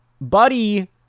Buddy